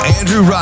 Andrew